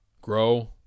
grow